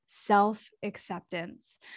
self-acceptance